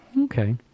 Okay